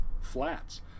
flats